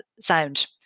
sound